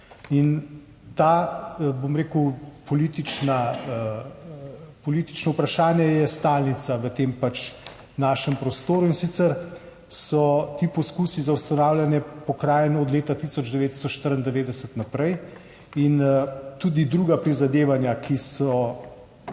In to, bom rekel, politično vprašanje je stalnica v tem našem prostoru. In sicer so ti poskusi za ustanavljanje pokrajin od leta 1994 naprej in tudi druga prizadevanja, ki so,